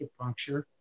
acupuncture